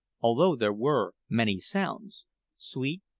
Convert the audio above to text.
although there were many sounds sweet,